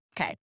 Okay